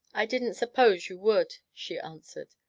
i didn't suppose you would, she answered.